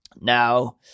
Now